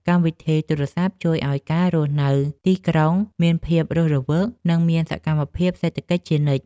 កម្មវិធីទូរសព្ទជួយឱ្យការរស់នៅទីក្រុងមានភាពរស់រវើក និងមានសកម្មភាពសេដ្ឋកិច្ចជានិច្ច។